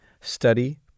Study